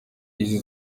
y’izi